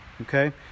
Okay